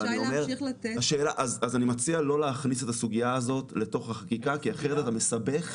אני מציע לא להכניס את הסוגיה הזאת לתוך החקיקה כי אחרת אתה מסבך את